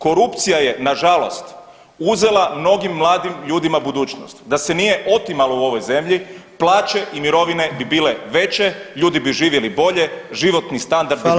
Korupcija je nažalost uzela mnogim mladim ljudima budućnost, da se nije otimalo u ovoj zemlji, plaće i mirovine bi bile veće, ljudi bi živjeli bolje, život bi standard bio veći.